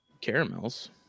caramels